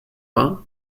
vingt